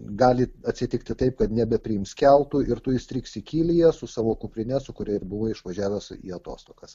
gali atsitikti taip kad nebepriims keltų ir tu įstrigsi kylyje su savo kuprine su kuria ir buvai išvažiavęs į atostogas